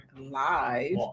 live